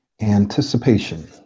anticipation